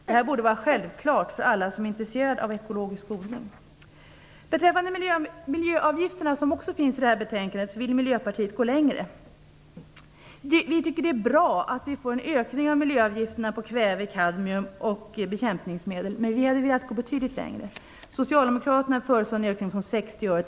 Det här borde vara självklart för alla som är intresserade av ekologisk odling. I fråga om miljöavgifterna vill Miljöpartiet gå längre. Vi tycker att det är bra att vi får en ökning av miljöavgifterna på kväve, kadmium och bekämpningsmedel, men vi hade velat gå betydligt längre. 1 kr 80 öre.